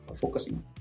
focusing